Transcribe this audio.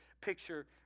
picture